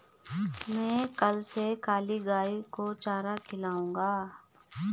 मैं कल से काली गाय को चारा खिलाऊंगा